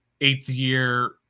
eighth-year